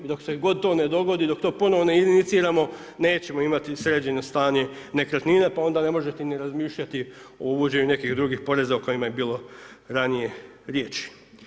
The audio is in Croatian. I dok god se to ne dogodi, dok to ponovo ne iniciramo, nećemo imati sređeno stanje nekretnina, pa onda ne možete ni razmišljati o uvođenju nekih drugih poreza o kojima je bilo ranije riječi.